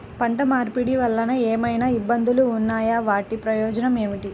పంట మార్పిడి వలన ఏమయినా ఇబ్బందులు ఉన్నాయా వాటి ప్రయోజనం ఏంటి?